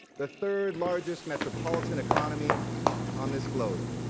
the third largest metropolitan economy on this globe.